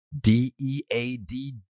D-E-A-D